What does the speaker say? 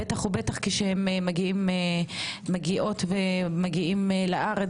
בטח ובטח כשהם מגיעות ומגיעות לארץ,